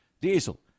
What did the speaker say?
Diesel